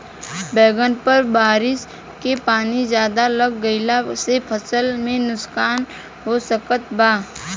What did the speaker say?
बैंगन पर बारिश के पानी ज्यादा लग गईला से फसल में का नुकसान हो सकत बा?